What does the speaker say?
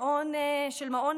של "שמאלנים בוגדים",